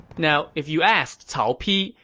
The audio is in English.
now, if you asked cao pi,